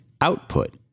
output